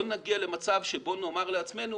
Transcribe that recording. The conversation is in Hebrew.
לא נגיע למצב שבו נאמר לעצמנו